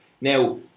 Now